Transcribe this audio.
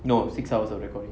no six hours of recording